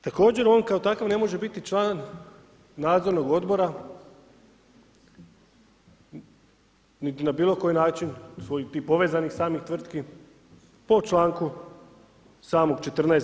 Također on kao takav ne može biti član nadzornog odbora, niti na bilo koji način tih povezanih samih tvrtki po članku samog 14.